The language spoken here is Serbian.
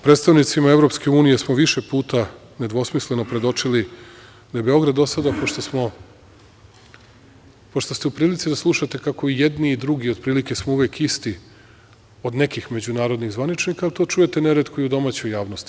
Predstavnicima EU smo više puta nedvosmisleno predočili da je Beograd do sada, pošto ste u prilici da slušate kako i jedni i drugi otprilike smo uvek isti od nekih međunarodnih zvaničnika, ali to čujete neretko i u domaćoj javnosti.